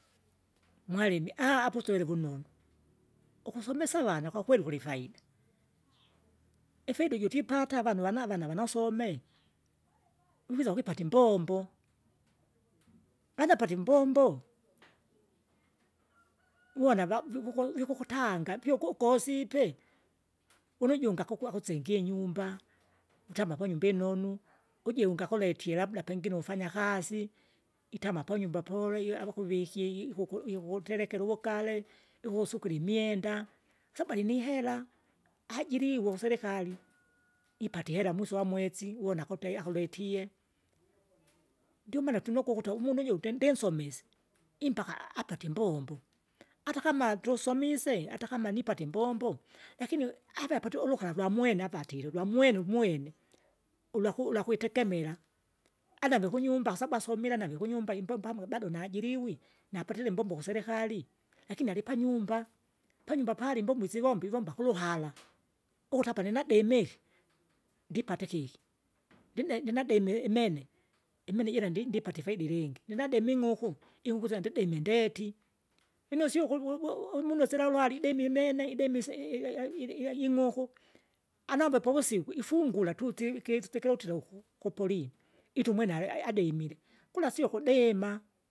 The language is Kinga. mwalimi apo uswle vunonu ukusomesa avana kwakweli kulifaida, ifaid iji twipata avanu vana vana vanasome, vikwisa wipata imbombo, laza pate imbombo! uwina va vikukwa vikukutanga, vyiuko ukosipe, unu ujungi akuku akusengie inyumba, kutama panyumba inonu ujungi akuletie labda pengine umfanya kazi, itama ponyumba poleila avakuviki ikuku ikukuterekera uvugare, ikukusukira imwenda, kwasabu alinihera? ajiliwe ukuserekari, ipita ihera mwiso wa mwezi uwona akute akuletie. Ndiomaana tunokwa ukuta umunu uju uti ndinsomise, impaka apatie imbombo, atakama atusomisye, atakama nipate imbombo, lakini avapate! ulukala lwamwene avatile ulwamwene lwamwene umwene, ulwaku ulwakuitekemera, adave kunyumba kwasabu asomile anave kunyumba imbombo amuge bado najiriwi, napatile imbombo kuserekari, lakini alipanyumba. Panyumba pale imbombo isivomba ivomba kuluhara, ukuti apa ninadimehi, ndipata ikiki, ndine- ndinadimi imene, imene jira ndi- ndipata ifaida ilingi ndinademe ing'uku, ing'uku sila ndidemie ndeti. Lino sio ukuwuluwu uvmuno sila ulwalidimi imene, ibene isi- iyaya iliya ing'uku, anavepo uvusiku, ifungura tu siki sikilotila uku kuolini. Ita umwene aliyaya ademile, kula sio kudima.